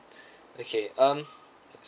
okay um